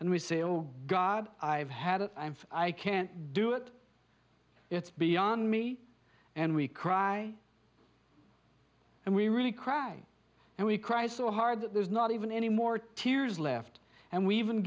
and we say oh god i've had it i can't do it it's beyond me and we cry and we really cry and we cry so hard that there's not even any more tears left and we even